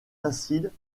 acides